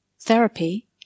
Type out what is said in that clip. therapy